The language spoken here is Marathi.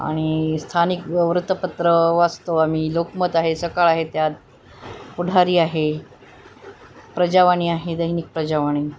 आणि स्थानिक वृत्तपत्र वाचतो आम्ही लोकमत आहे सकाळ आहे त्यात पुढारी आहे प्रजावाणी आहे दैनिक प्रजावाणी